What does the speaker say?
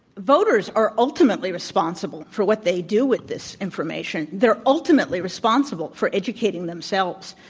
voters are ultimately responsible for what they do with this information. they're ultimately responsible for educating themselves.